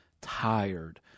tired